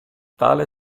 tale